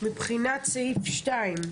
לגבי סעיף 2?